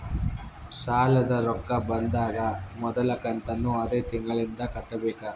ಸಾಲದ ರೊಕ್ಕ ಬಂದಾಗ ಮೊದಲ ಕಂತನ್ನು ಅದೇ ತಿಂಗಳಿಂದ ಕಟ್ಟಬೇಕಾ?